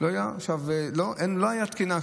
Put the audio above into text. לא, לא הייתה תקינה.